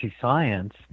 science